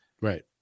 Right